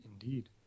Indeed